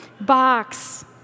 box